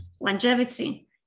longevity